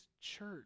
church